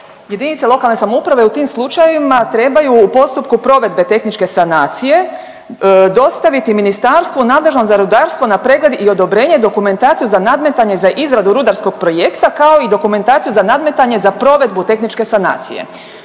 jedinice lokalne samouprave u tim slučajevima trebaju u postupku provedbe tehničke sanacije dostaviti ministarstvu nadležnom za rudarstvo na pregled i odobrenje dokumentacije za nadmetanje za izradu rudarskog projekta kao i dokumentaciju za nadmetanje za provedbu tehničke sanacije.